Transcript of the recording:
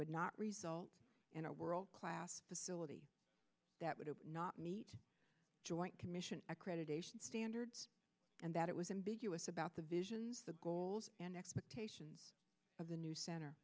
would not result in a world class facility that would not meet joint commission accreditation standards and that it was ambiguous about the visions the goals and expectations of the new center